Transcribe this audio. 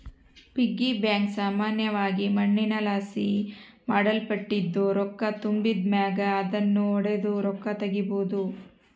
piggy bank ಸಾಮಾನ್ಯವಾಗಿ ಮಣ್ಣಿನಲಾಸಿ ಮಾಡಲ್ಪಟ್ಟಿದ್ದು, ರೊಕ್ಕ ತುಂಬಿದ್ ಮ್ಯಾಗ ಅದುನ್ನು ಒಡುದು ರೊಕ್ಕ ತಗೀಬೋದು